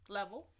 level